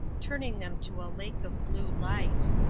turning them to a lake of blue light.